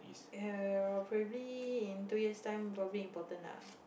um probably in two years time probably important lah